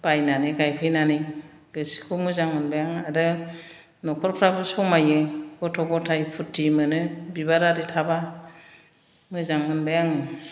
बायनानै गायफैनानै गोसोखौ मोजां मोनबाय आङो आरो न'खरफ्राबो समायो गथ' गथाय फुरथि मोनो बिबार आरि थाबा मोजां मोनबाय आङो